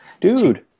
dude